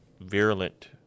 virulent